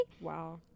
Wow